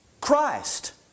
Christ